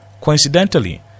coincidentally